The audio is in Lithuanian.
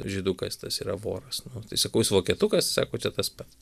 žydukas tas yra voras nu tai sakau jis vokietukas sako čia tas pats